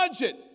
budget